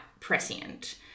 prescient